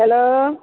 hello